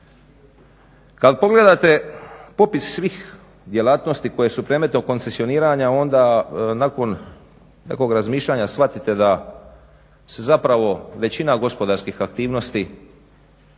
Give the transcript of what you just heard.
Kada pogledate popis svih djelatnosti koje su predmetom koncesioniranja onda nakon nekog razmišljanja shvatite da se zapravo većina gospodarskih aktivnosti